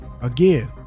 again